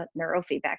neurofeedback